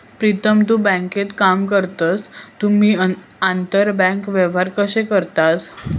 प्रीतम तु बँकेत काम करतस तुम्ही आंतरबँक व्यवहार कशे करतास?